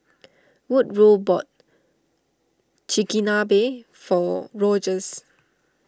Woodrow bought Chigenabe for Rogers